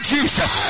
Jesus